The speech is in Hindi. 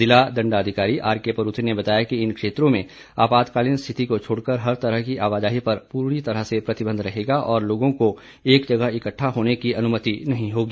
ज़िला दंडाधिकारी आरकेपरूथी ने बताया कि इन क्षेत्रों में आपातकालीन स्थिति को छोड़कर हर तरह की आवाजाही पर पूरी तरह से प्रतिबंध रहेगा और लोगों को एक जगह इकट्ठा होने की अनुमति नहीं होगी